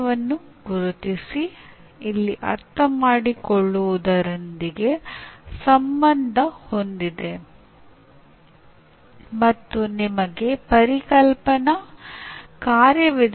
ಸೂಚನಾ ವಿನ್ಯಾಸದ ತತ್ವಗಳನ್ನು ನೀವು ಅರ್ಥಮಾಡಿಕೊಂಡರೆ ಅದು ಅಭ್ಯಾಸ ಮತ್ತು ಪ್ರತಿಕ್ರಿಯೆ ಯಾವಾಗ ಹೆಚ್ಚು ಪರಿಣಾಮಕಾರಿ ಎಂದು ನಿರ್ಧರಿಸಲು ಸಹಾಯ ಮಾಡುತ್ತದೆ